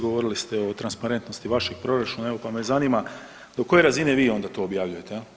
Govorili ste o transparentnosti vašeg proračuna, evo, pa me zanima, do koje razine vi onda to objavljujete?